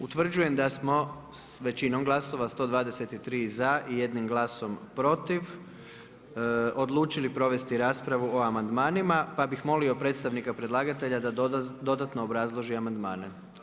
Utvrđujem da smo većinom glasova 123 za i 1 glasom protiv odlučili provesti raspravu o amandmanima, pa bih molio predstavnika predlagatelja da dodatno obrazloži amandmane.